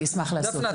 אני אשמח לעשות את זה.